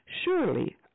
Surely